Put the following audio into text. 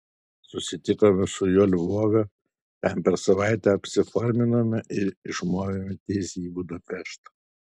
susitikome su juo lvove ten per savaitę apsiforminome ir išmovėme tiesiai į budapeštą